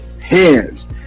Hands